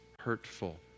hurtful